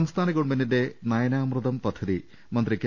സംസ്ഥാന ഗവൺമെന്റിന്റെ നയനാമൃതം പദ്ധതി മന്ത്രി കെ